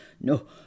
No